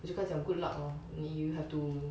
我就跟他讲 good luck lor 你 you have to